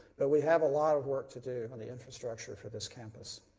but we have a lot of work to do on the infrastructure for this campus.